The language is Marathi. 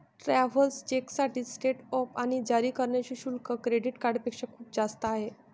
ट्रॅव्हलर्स चेकसाठी सेटअप आणि जारी करण्याचे शुल्क क्रेडिट कार्डपेक्षा खूप जास्त आहे